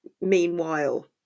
Meanwhile